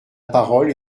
parole